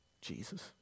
Jesus